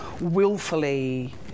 willfully